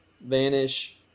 vanish